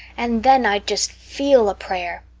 and then i'd just feel a prayer.